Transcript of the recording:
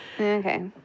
Okay